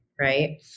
right